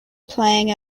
playing